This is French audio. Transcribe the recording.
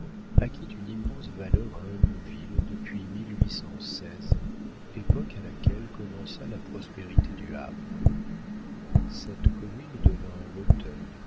acquit une immense valeur à ingouville depuis époque à laquelle commença la prospérité du havre cette commune devint l'auteuil le